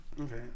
Okay